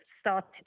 started